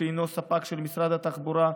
שהוא ספק של משרד התחבורה,